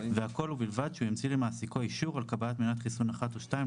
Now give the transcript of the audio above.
והכל ובלבד שהוא המציא למעסיקו אישור על קבלת מנת חיסון אחת או שתיים,